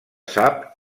sap